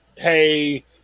Hey